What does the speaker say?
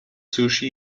sushi